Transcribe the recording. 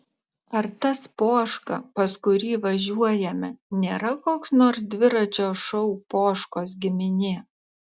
ar tas poška pas kurį važiuojame nėra koks nors dviračio šou poškos giminė